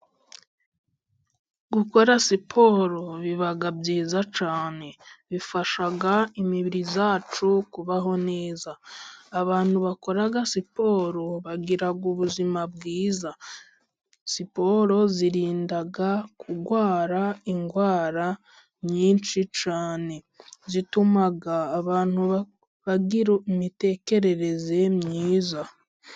Gukora siporo biba byiza cyane, bifasha imibiri yacu kubaho neza, abantu bakora siporo bagira ubuzima bwiza, siporo zirinda kurwara indwara nyinshi cyane, zituma abantu bagira imitekerereze myiza.